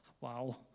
Wow